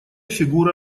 фигура